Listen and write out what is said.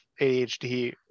ADHD